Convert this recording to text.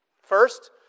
first